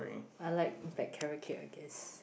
I like black carrot cake I guess